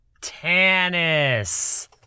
Tannis